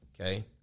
Okay